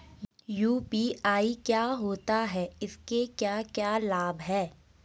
UPI क्या होता है इसके क्या क्या लाभ हैं?